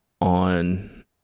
on